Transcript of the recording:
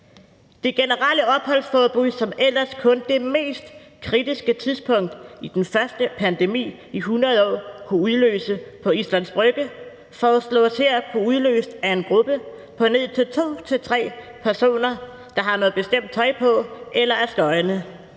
Det generelle opholdsforbud, som ellers kun det mest kritiske tidspunkt i den første pandemi i 100 år kunne udløse på Islands Brygge, foreslås her at kunne blive udløst af en gruppe på ned til to til tre personer, der har noget bestemt tøj på eller er støjende.